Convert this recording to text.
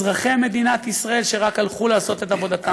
אזרחי מדינת ישראל שרק הלכו לעשות את עבודתם נאמנה.